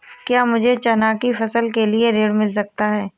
क्या मुझे चना की फसल के लिए ऋण मिल सकता है?